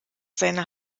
seiner